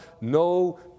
no